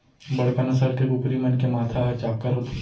बड़का नसल के कुकरी मन के माथा ह चाक्कर होथे